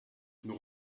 nous